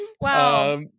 Wow